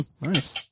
Nice